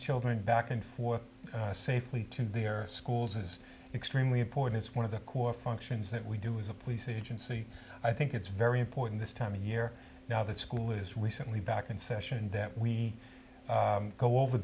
children back and forth safely to their schools is extremely important one of the core functions that we do is a police agency i think it's very important this time of year now that school is recently back in session that we go over